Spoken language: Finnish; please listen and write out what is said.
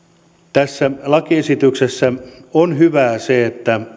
tässä lakiesityksessä on hyvää se että